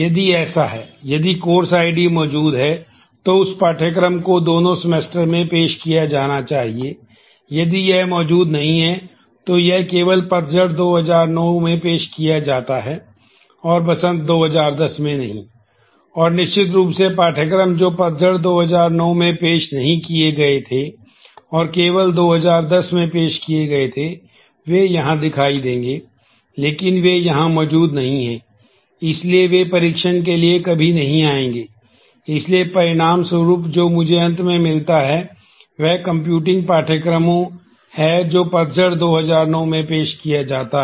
यदि ऐसा है यदि कोर्स आईडी है